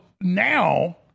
now